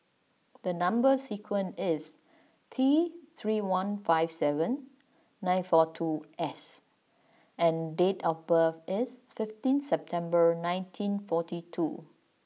the number sequence is T three one five seven nine four two S and date of birth is fifteen September nineteen forty two